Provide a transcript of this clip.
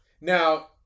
Now